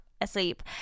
asleep